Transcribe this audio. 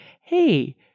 Hey